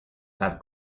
have